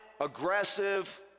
aggressive